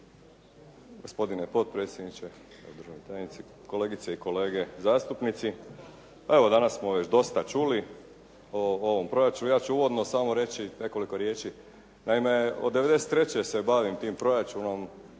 Evo danas smo već dosta čuli o ovom proračunu, ja ću uvodno samo reći nekoliko riječi. Naime od 93. se bavim tim proračunom